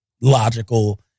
logical